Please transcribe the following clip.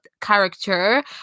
character